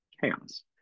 chaos